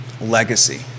legacy